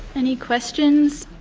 any questions?